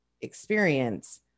experience